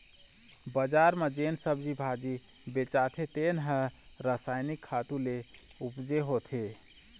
बजार म जेन सब्जी भाजी बेचाथे तेन ह रसायनिक खातू ले उपजे होथे